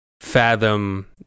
fathom